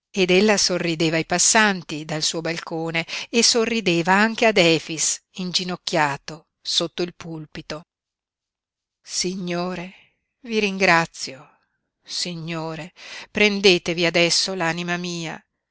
ed ella sorrideva ai passanti dal suo balcone e sorrideva anche ad efix inginocchiato sotto il pulpito ignore i ringrazio signore prendetevi adesso l'anima mia